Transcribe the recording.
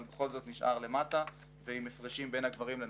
אבל בכל זאת נשאר למטה ועם הפרשים בין הגברים לנשים.